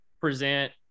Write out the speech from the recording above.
present